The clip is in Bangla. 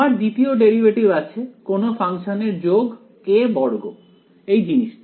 আমার দ্বিতীয় ডেরিভেটিভ আছে কোনও ফাংশনের যোগ k বর্গ এই জিনিসটা